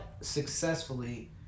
successfully